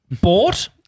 bought